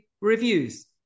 reviews